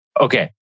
Okay